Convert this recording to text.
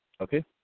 Okay